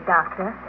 Doctor